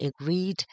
agreed